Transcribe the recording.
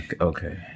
okay